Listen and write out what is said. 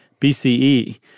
BCE